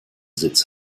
sitz